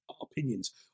opinions